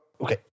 okay